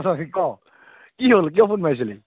ঐ ক কি হ'ল কিয় ফোন মাৰিছিলি